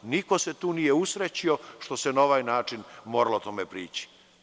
Niko se tu nije usrećio što se na ovaj način moralo tome prići.